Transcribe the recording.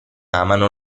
amano